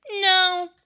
no